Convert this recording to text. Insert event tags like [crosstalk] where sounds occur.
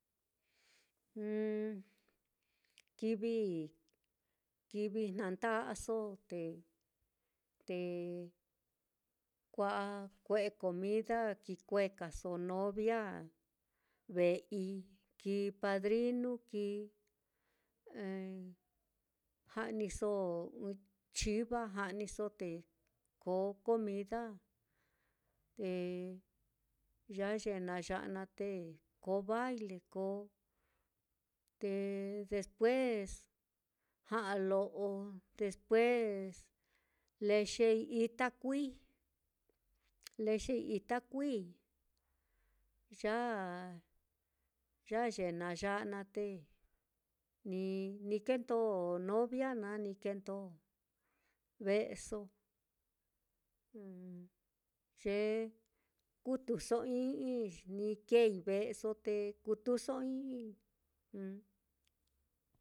[hesitation] kivi kivi jnanda'aso te te kua'a kue'e comida, ki kuekaso novia ve'ei, kii padrinu kii [hesitation] ja'niso ɨ́ɨ́n chiva ja'niso te, koo comida te [unintelligible] na ya'a naá te koo baile koo, te despues ja'a lo'o, despues lexei ita kuii, lexei ita kuii ya ya ye na naya'a naá te ni kendo novia naá, ni kendoi ve'eso [hesitation] ye kutuso i'ii ni keei ve'eso te kutuso i'ii [hesitation]